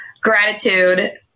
gratitude